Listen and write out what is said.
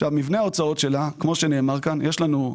לחברה ממשלתית.